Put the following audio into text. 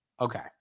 Okay